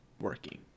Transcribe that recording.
working